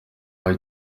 hari